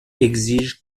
exige